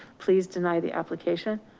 please deny the application.